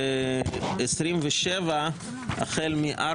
זה 27 החל מ-(4)